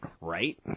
right